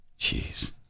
Jeez